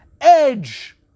edge